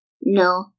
No